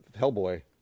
Hellboy